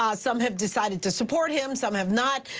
um some have decided to support him, some have not.